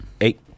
Eight